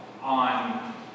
on